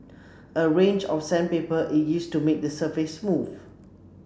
a range of sandpaper is used to make the surface smooth